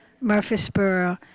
Murfreesboro